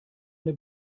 eine